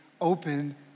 open